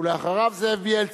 ולאחריו, זאב בילסקי.